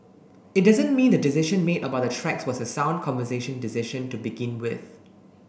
it doesn't mean the decision made about the tracks was a sound conversation decision to begin with